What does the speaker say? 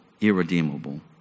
irredeemable